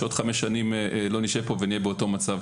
שעוד חמש שנים לא נשב פה ונהיה באותו מצב.